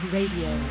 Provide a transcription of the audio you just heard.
Radio